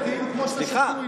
אתה גם ככה נואם עוד שנייה.